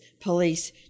police